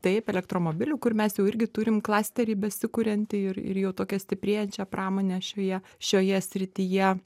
taip elektromobilių kur mes jau irgi turim klasterį besikuriantį ir ir jau tokia stiprėjančia pramonė šioje šioje srityje